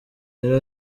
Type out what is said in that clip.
yari